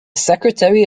secretary